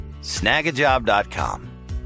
Snagajob.com